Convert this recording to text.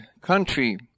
country